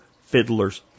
fiddlers